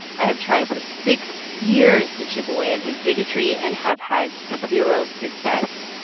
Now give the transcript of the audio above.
i have tried for six years to chip away at his bigotry and have had zero success.